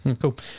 cool